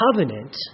covenant